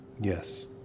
Yes